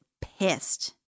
pissed